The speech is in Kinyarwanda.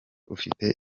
ufite